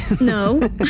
No